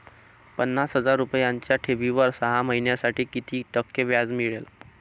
पन्नास हजार रुपयांच्या ठेवीवर सहा महिन्यांसाठी किती टक्के व्याज मिळेल?